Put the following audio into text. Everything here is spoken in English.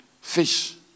fish